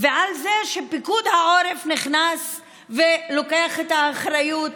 ועל זה שפיקוד העורף נכנס ולוקח את האחריות.